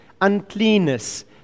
uncleanness